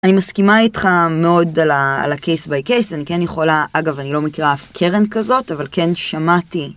אני מסכימה איתך מאוד על הקייס ביי קייס, אני כן יכולה, אגב אני לא מכירה אף קרן כזאת, אבל כן שמעתי.